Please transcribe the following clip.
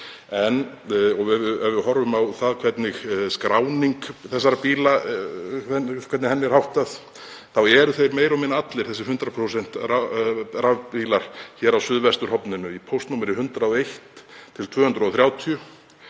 En ef við horfum á það hvernig skráningu þessara bíla er háttað þá eru þeir meira og minna, allir þessir 100% rafbílar, hér á suðvesturhorninu. Í póstnúmeri 101–230